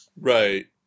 Right